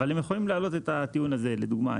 אבל הם יכולים להעלות את הטיעון הזה לדוגמה,